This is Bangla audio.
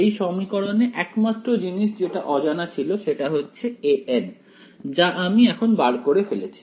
এই সমীকরণে একমাত্র জিনিস যেটা অজানা ছিল সেটা হচ্ছে an যা আমি এখন বার করে ফেলেছি